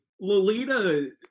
Lolita